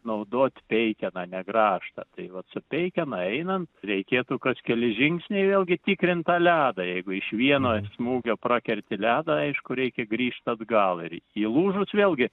naudot peikeną ne grąžtą tai vat su peikena einant reikėtų kas keli žingsniai vėlgi tikrint tą ledą jeigu iš vieno smūgio prakerti ledą aišku reikia grįžt atgal ir įlūžus vėlgi